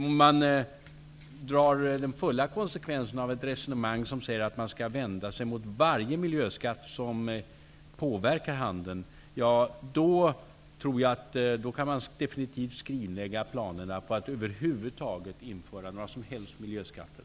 Om man drar den fulla konsekvensen av ett resonemang som säger att man skall vända sig mot varje miljöskatt som påverkar handeln, tror jag att man definitivt kan skrinlägga planerna på att över huvud taget införa några som helst miljöskatter.